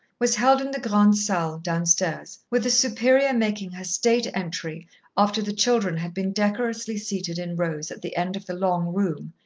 was held in the grande salle downstairs, with the superior making her state entry after the children had been decorously seated in rows at the end of the long room,